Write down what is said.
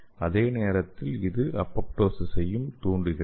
அதே நேரத்தில் இது அப்போப்டொசிஸையும் தூண்டுகிறது